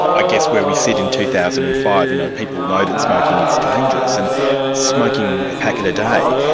i guess, where we sit in two thousand and five, you know, people know that smoking is dangerous, and smoking a packet a day,